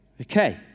Okay